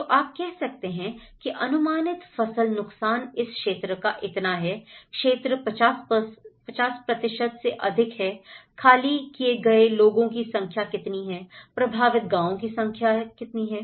तो आप कह सकते हैं कि अनुमानित फसल नुकसान इस क्षेत्र का इतना है क्षेत्र 50 से अधिक है खाली किए गए लोगों की संख्या कितनी है प्रभावित गांवों की संख्या क्या है